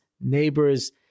neighbors